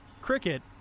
cricket